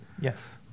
Yes